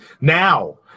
now